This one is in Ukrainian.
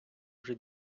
вже